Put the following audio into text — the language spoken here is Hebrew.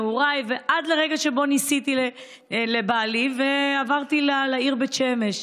עד לרגע שבו נישאתי לבעלי ועברתי לעיר בית שמש,